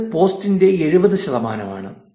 ഇത് പോസ്റ്റിന്റെ 70 ശതമാനമാണ്